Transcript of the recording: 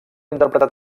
interpretar